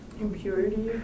Impurity